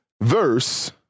verse